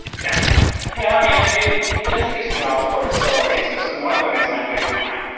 no. no, i mean ah it it doesn't piss me off for several reasons. and one of them is, i'm doing fine.